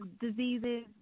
diseases